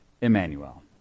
Emmanuel